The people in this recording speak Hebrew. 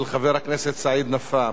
של חבר הכנסת סעיד נפאע.